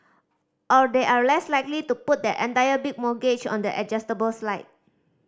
or they are less likely to put their entire big mortgage on the adjustable side